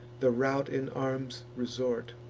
the rout in arms resort,